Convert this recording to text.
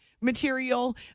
material